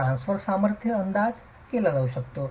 transverse सामर्थ्याचा अंदाज केला जाऊ शकतो